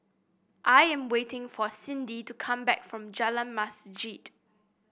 I am waiting for Sydnee to come back from Jalan Masjid